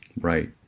Right